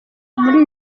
muri